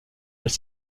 elle